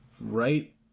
right